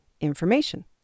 information